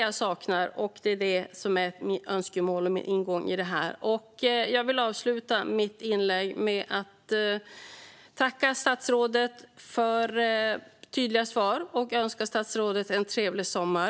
Jag avslutar mitt inlägg med att tacka statsrådet för tydliga svar, och jag önskar statsrådet en trevlig sommar.